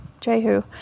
Jehu